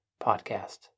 podcast